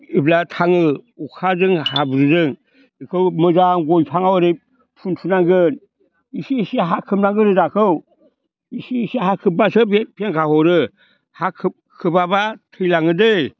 अब्ला थाङो अखाजों हाब्रुजों बेखौ मोजां गय बिफाङाव ओरै फुनफुनांगोन इसे इसे हा खोबनांगौ रोदाखौ इसे इसे हा खोबब्लासो बे फेंखा हरो हा खोबाब्ला थैलाङो दै